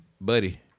buddy